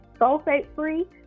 sulfate-free